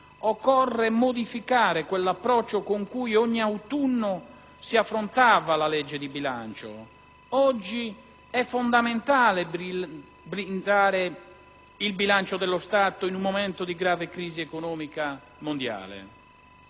occorre modificare quell'approccio con cui ogni autunno si affrontava la legge di bilancio. Oggi, è fondamentale blindare il bilancio dello Stato in un momento di grave crisi economica mondiale;